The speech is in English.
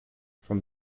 from